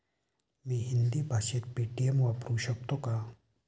मी हिंदी भाषेत पेटीएम वापरू शकतो का?